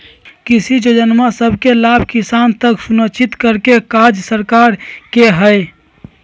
कृषि जोजना सभके लाभ किसान तक सुनिश्चित करेके काज सरकार के हइ